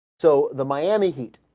so the miami heat